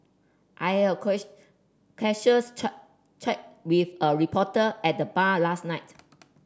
I have a casuals chat chat with a reporter at the bar last night